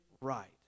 right